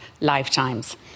lifetimes